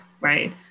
right